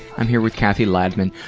i'm here with cathy ladman,